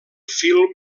film